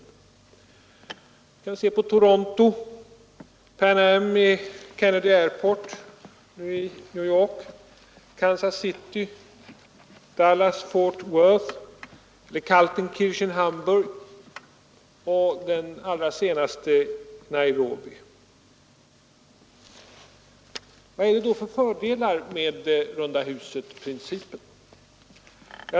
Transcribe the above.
Vi kan se på Toronto, på Pan Am med Kennedy Air Port i New York, Kansas City, Dallas-Fort Worth, Kaltenkirchen i Hamburg och den allra senaste, Nairobi. Vad är det då för fördelar med rundahusprincipen?